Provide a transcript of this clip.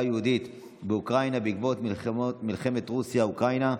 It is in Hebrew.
היהודית באוקראינה בעקבות מלחמת רוסיה אוקראינה.